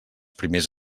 primers